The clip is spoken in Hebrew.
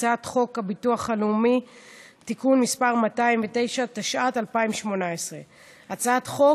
הצעת חוק הביטוח הלאומי (תיקון מס' 209) התשע"ט 2018. הצעת החוק